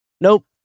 Nope